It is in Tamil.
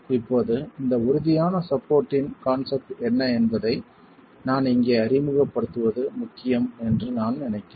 இப்போது இந்த உறுதியான சப்போர்ட்ன் கான்செப்ட் என்ன என்பதை நான் இங்கே அறிமுகப்படுத்துவது முக்கியம் என்று நான் நினைக்கிறேன்